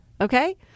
Okay